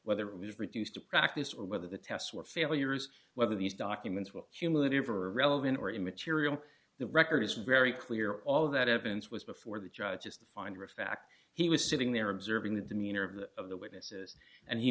whether it was reduced to practice or whether the tests were failures whether these documents were cumulative or relevant or immaterial the record is very clear all of that evidence was before the judge as the finder of fact he was sitting there observing the demeanor of the of the witnesses and he